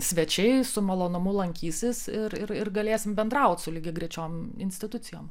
svečiai su malonumu lankysis ir ir galėsim bendraut su lygiagrečiom institucijom